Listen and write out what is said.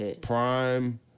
Prime